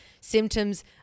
Symptoms